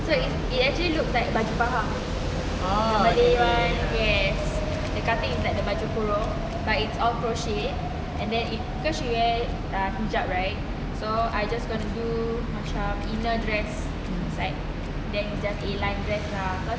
so it it actually look like baju pahang the malay one yes the cutting is like the baju kurung but is all crochet and then it because she wear ah hijab right so I just gonna do macam dinner dress is like then it's just A line dress lah because